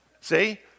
See